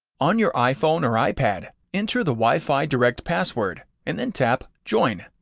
on your iphone or ipad, enter the wi-fi direct password, and then tap join.